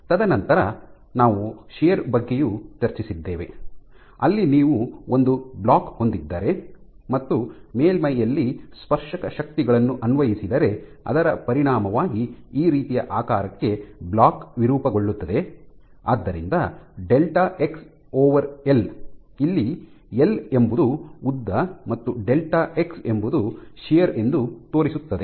ತದನಂತರ ನಾವು ಶಿಯರ್ ಬಗ್ಗೆಯೂ ಚರ್ಚಿಸಿದ್ದೇವೆ ಅಲ್ಲಿ ನೀವು ಒಂದು ಬ್ಲಾಕ್ ಹೊಂದಿದ್ದರೆ ಮತ್ತು ಮೇಲ್ಮೈಯಲ್ಲಿ ಸ್ಪರ್ಶಕ ಶಕ್ತಿಗಳನ್ನು ಅನ್ವಯಿಸಿದರೆ ಅದರ ಪರಿಣಾಮವಾಗಿ ಈ ರೀತಿಯ ಆಕಾರಕ್ಕೆ ಬ್ಲಾಕ್ ವಿರೂಪಗೊಳ್ಳುತ್ತದೆ ಆದ್ದರಿಂದ delta x l X L ಇಲ್ಲಿ ಎಲ್ ಎಂಬುದು ಉದ್ದ ಮತ್ತು ಡೆಲ್ಟಾ ಎಕ್ಸ್ ಎಂಬುದು ಶಿಯರ್ ಎಂದು ತೋರಿಸುತ್ತದೆ